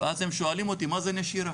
ואז הם שואלים אותי "מה זה נשירה?".